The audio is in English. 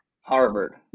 Harvard